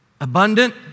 Abundant